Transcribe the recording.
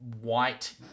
white